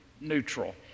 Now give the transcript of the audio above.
neutral